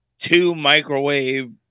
two-microwave